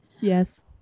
Yes